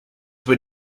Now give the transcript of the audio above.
were